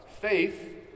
faith